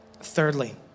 Thirdly